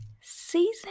Season